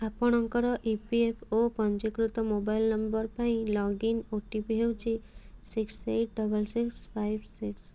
ଆପଣଙ୍କର E P F O ପଞ୍ଜୀକୃତ mobile number ପାଇଁ ଲଗଇନ୍ ଓ ଟି ପି ହେଉଛି six eight double six five six